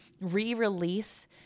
re-release